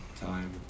time